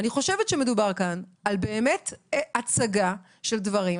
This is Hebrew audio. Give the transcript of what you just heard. אני חושבת שמדובר כאן באמת הצגה של דברים.